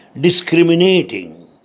discriminating